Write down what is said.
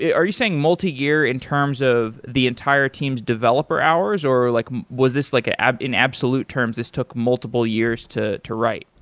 are you saying multi-gear in terms of the entire team's developers hours, or like was this like ah ah in absolute terms. this took multiple years to to write.